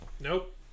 nope